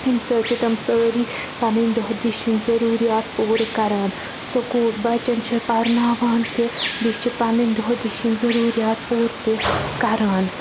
امہِ سۭتۍ چھِ تِم سٲری پَنٕنۍ دۄہ دِشہِ ہِنٛدۍ ضروٗرِیات پوٗرٕ کَران سکوٗل بَچن چھِ پَرناوان تہِ بیٚیہِ چھِ پَنٕنۍ دۄہ دِشِنۍ ضروٗرِیات پوٗرٕ تہِ کَران